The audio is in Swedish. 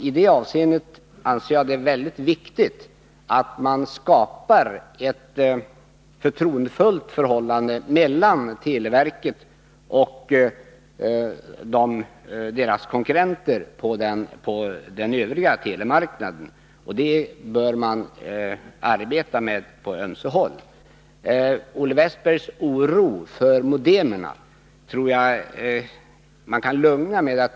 I det avseendet anser jag att det är mycket viktigt att skapa ett förtroendefullt förhållande mellan televerket och dess konkurrenter på den övriga telemarknaden. Det bör man arbeta med på ömse håll. Jag tror att jag kan lugna Olle Wästberg när det gäller hans oro för modemer.